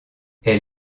elle